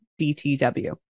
BTW